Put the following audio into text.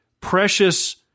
precious